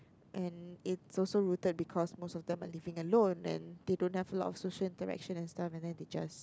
and it's also rooted because most on them are living alone and they don't have a lot of social interaction and stuff and then they just